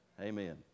Amen